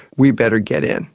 we'd better get in